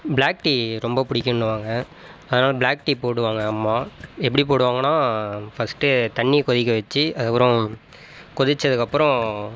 black tea ரொம்ப பிடிக்குன்ணுவாங்க அதனால் பிளாக் டீ போடுவாங்க அம்மா எப்படி போடுவாங்கன்னா ஃபர்ஸ்ட்டு தண்ணியை கொதிக்க வச்சு அதுக்கு அப்புறம் கொதிச்சத்துக்கு அப்புறம்